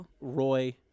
Roy